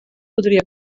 podria